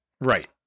Right